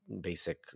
basic